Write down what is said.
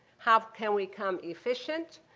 how can we become efficient?